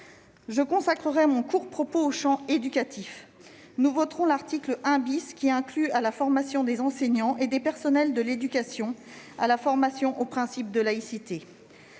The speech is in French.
Je consacrerai mon court propos au champ éducatif. Nous voterons l'article 1 , qui inclut dans la formation des enseignants et des personnels de l'éducation une formation au principe de laïcité.